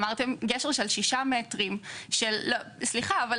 אמרתם גשר של ששה מטרים, סליחה אבל